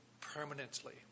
permanently